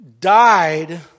died